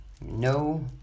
No